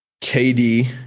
KD